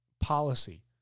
Policy